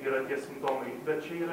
yra tie simptomai bet čia yra